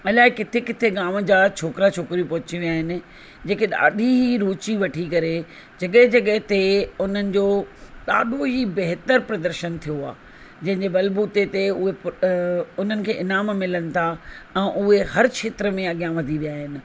अलाइ किथे किथे गांव जा छोकिरा छोकिरियूं पहुची वियूं आहिनि जेके ॾाढी ई रुचि वठी करे जॻहि जॻहि ते उन्हनि जो ॾाढो जी बहितर प्रदर्शन थियो आहे जंहिंजे बलबूते ते उहो उन्हनि खे इनाम मिलनि था ऐं उहे हर क्षेत्र में अॻियां वधी विया आहिनि